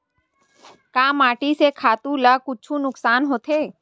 का माटी से खातु ला कुछु नुकसान होथे?